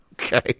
Okay